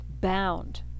bound